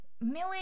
Millie